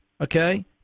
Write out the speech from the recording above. okay